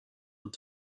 und